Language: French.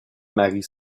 marient